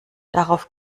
darauf